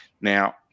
now